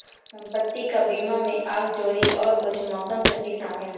संपत्ति का बीमा में आग, चोरी और कुछ मौसम क्षति शामिल है